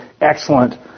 excellent